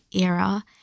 era